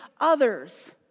others